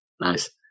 Nice